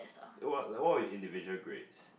what like what were your individual grades